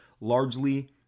largely